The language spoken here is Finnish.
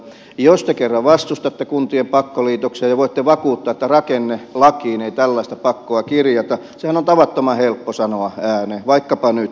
jos te kerran vastustatte kuntien pakkoliitoksia ja voitte vakuuttaa että rakennelakiin ei tällaista pakkoa kirjata niin sehän on tavattoman helppo sanoa ääneen vaikkapa nyt